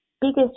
biggest